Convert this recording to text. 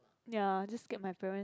ya just scare my parent